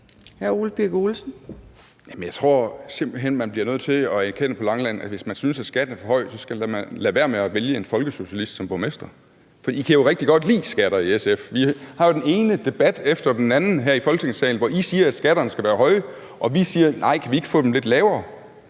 på Langeland bliver nødt til at erkende, at hvis man synes, at skatten er for høj, så skal man lade være med at vælge en folkesocialist som borgmester. For I kan jo rigtig godt lide skatter i SF. Vi har jo den ene debat efter den anden her i Folketingssalen, hvor I siger, at skatterne skal være høje, og vi siger: Nej, kan vi ikke gøre dem lidt lavere?